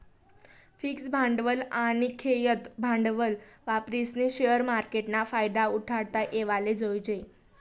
fix भांडवल आनी खेयतं भांडवल वापरीस्नी शेअर मार्केटना फायदा उठाडता येवाले जोयजे